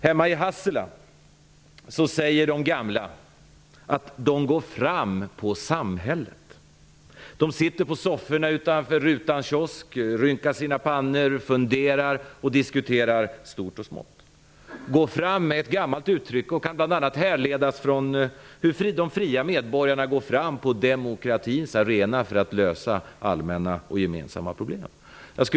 Hemma i Hassela säger de gamla att de ''går fram på'' samhället. De sitter på sofforna utanför kiosken, rynkar sina pannor, funderar och diskuterar stort och smått. ''Gå fram'' är ett gammalt uttryck som bl.a. kan härledas från hur de fria medborgarna går fram på demokratins arena för att lösa allmänna och gemensamma problem.